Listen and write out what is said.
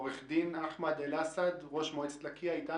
עו"ד אחמד אלאסד, ראש מועצת לקייה, אתנו?